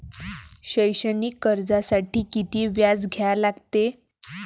शैक्षणिक कर्जासाठी किती व्याज द्या लागते?